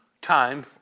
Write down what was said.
time